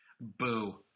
boo